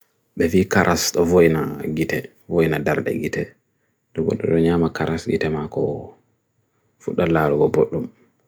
Bevi karast o voina githe, voina darda githe. Dubodiru nya ma karast githe ma ko futda laro ko botlum.